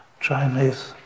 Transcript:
Chinese